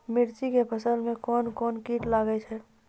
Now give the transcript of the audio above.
मिर्ची के फसल मे कौन कौन कीट लगते हैं?